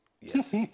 Yes